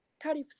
tariffs